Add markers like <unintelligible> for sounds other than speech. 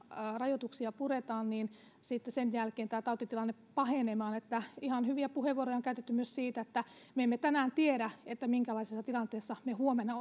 rajoituksia puretaan niin sitten sen jälkeen tämä tautitilanne ei lähde pahenemaan ihan hyviä puheenvuoroja on käytetty myös siitä että me emme tänään tiedä minkälaisessa tilanteessa me huomenna <unintelligible>